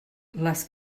les